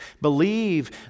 Believe